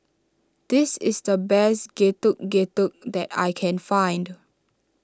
this is the best Getuk Getuk that I can find